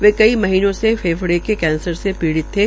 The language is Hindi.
वे कई महीनों से फेफड़ो के कैंसर से ीड़ित थे